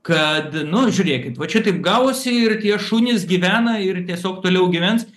kad nu žiūrėkit va čia taip gavosi ir tie šunys gyvena ir tiesiog toliau gyvens